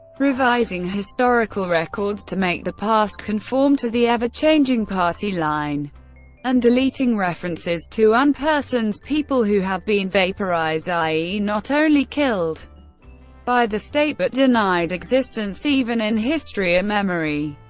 revising historical records, to make the past conform to the ever-changing party line and deleting references to unpersons, people who have been vaporised, i e. not only killed by the state, but denied existence even in history or memory.